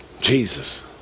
Jesus